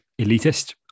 elitist